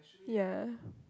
ya